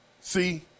See